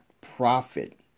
profit